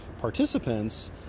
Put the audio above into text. participants